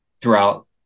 throughout